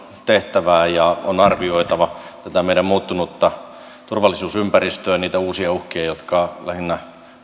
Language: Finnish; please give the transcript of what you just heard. tehtävää ja on arvioitava tätä meidän muuttunutta turvallisuusympäristöä ja niitä uusia uhkia jotka lähinnä